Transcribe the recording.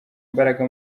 imbaraga